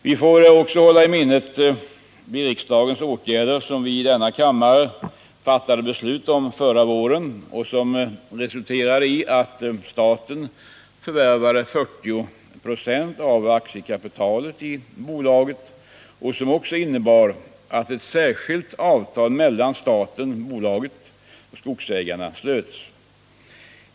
Vi får också hålla i minnet de riksdagens åtgärder som vi i denna kammare fattade beslut om förra våren och som resulterade i att staten förvärvade 40 96 av aktierna i bolaget och som också innebar att ett särskilt avtal mellan staten, bolaget och skogsägarna slöts.